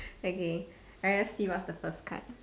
okay let me see what's the first card